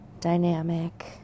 dynamic